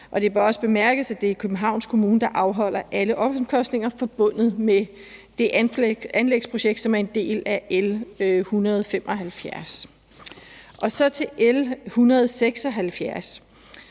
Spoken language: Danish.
det er Københavns Kommune, der afholder alle omkostninger forbundet med det anlægsprojekt, som er en del af L 175. Så til L 176: